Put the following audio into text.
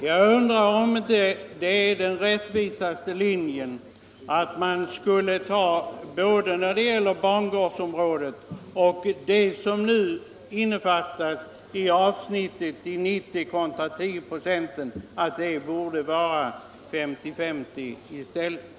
Jag undrar om inte den rättvisaste linjen är att kostnadsfördelningen både för stängsel vid bangårdsområden och för andra stängsel blir 50-50.